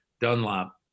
Dunlop